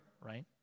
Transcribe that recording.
right